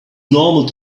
normal